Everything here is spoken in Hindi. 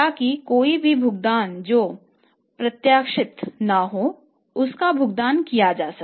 ताकि कोई भी भुगतान जो प्रत्याशित न हो उसका भुगतान किया जा सके